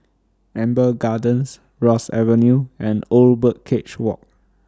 Amber Gardens Ross Avenue and Old Birdcage Walk